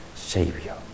Savior